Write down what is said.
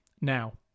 now